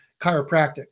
chiropractic